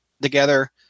together